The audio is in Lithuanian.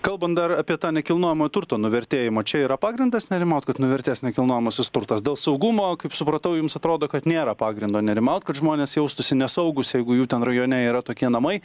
kalbant dar apie tą nekilnojamojo turto nuvertėjimą čia yra pagrindas nerimaut kad nuvertės nekilnojamasis turtas dėl saugumo kaip supratau jums atrodo kad nėra pagrindo nerimaut kad žmonės jaustųsi nesaugūs jeigu jų ten rajone yra tokie namai